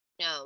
No